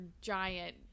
giant